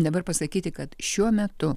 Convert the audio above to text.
dabar pasakyti kad šiuo metu